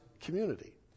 community